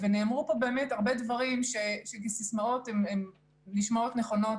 נאמרו פה הרבה דברים שכסיסמאות הן נשמעות נכונות.